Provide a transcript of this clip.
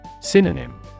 Synonym